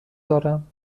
دارم